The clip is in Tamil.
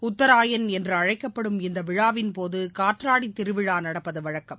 உத்தராயண் என்றுஅழைக்கப்படும் இந்தவிழாவின்போதுகாற்றாடிதிருவிழாநடப்பதுவழக்கம்